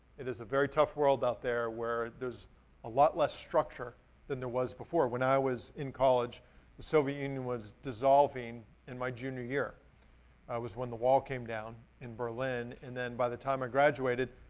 it is a very tough world out there where there's a lot less structure than there was before. when i was in college, the soviet union was dissolving in my junior year. it was when the wall came down in berlin and then by the time i graduated,